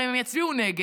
הרי אם הם יצביעו נגד,